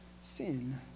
sin